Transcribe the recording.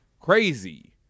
Crazy